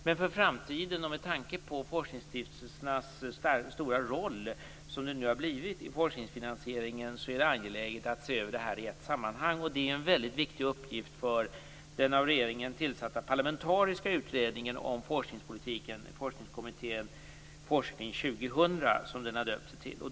Men för framtiden, och med tanke på den stora roll som forskningsstiftelsernas nu har fått i forskningsfinansieringen är det angeläget att se över detta i ett sammanhang. Det är en viktig uppgift för den av regeringen tillsatta parlamentariska utredningen om forskningspolitiken, nämligen forskningskommittén Forskning 2000, som den har döpt sig till.